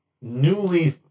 newly